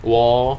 我 hor